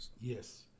Yes